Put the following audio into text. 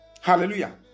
Hallelujah